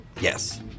Yes